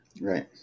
Right